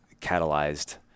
catalyzed